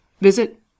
visit